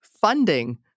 funding